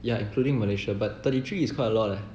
ya including malaysia but thirty three is quite a lot leh